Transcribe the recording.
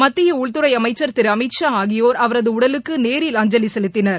மத்திய உள்துறை அமைச்சர் திரு அமித் ஷா ஆகியோர் அவரது உடலுக்கு நேரில் அஞ்சலி செலுத்தினர்